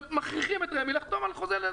מכריחים את רמ"י לחתום על חוזה.